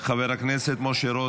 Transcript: חבר הכנסת משה רוט,